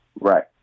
Right